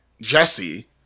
Jesse